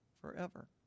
forever